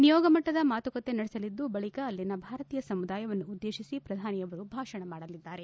ನಿಯೋಗಮಟ್ಲದ ಮಾತುಕತೆ ನಡೆಸಲಿದ್ದು ಬಳಿಕ ಅಲ್ಲಿನ ಭಾರತೀಯ ಸಮುದಾಯವನ್ನುದ್ದೇಶಿಸಿ ಪ್ರಧಾನಿಯವರು ಭಾಷಣ ಮಾಡಲಿದ್ದಾರೆ